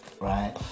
right